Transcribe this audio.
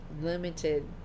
limited